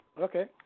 Okay